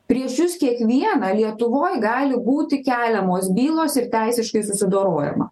prieš jus kiekvieną lietuvoj gali būti keliamos bylos ir teisiškai susidorojama